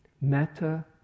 Metta